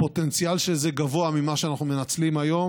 הפוטנציאל של זה גבוה ממה שאנחנו מנצלים היום,